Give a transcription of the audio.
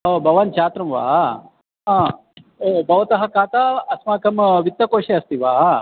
ओ भवान् चात्रः वा आ भवतः काता अस्माकं वित्तकोषे अस्ति वा